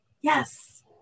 yes